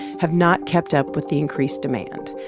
have not kept up with the increased demand.